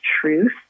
truth